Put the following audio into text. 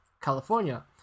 California